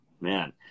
man